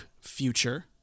future